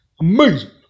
Amazing